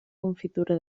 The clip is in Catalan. confitura